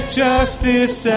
justice